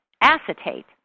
acetate